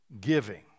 giving